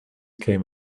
came